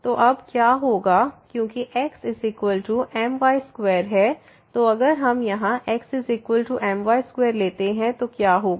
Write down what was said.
तो अब क्या होगा क्योंकि xmy2 है तो अगर हम यहाँ xmy2 लेते हैं तो क्या होगा